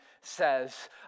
says